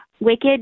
Wicked